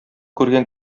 күргән